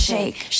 Shake